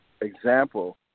example